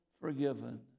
forgiven